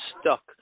stuck